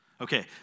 Okay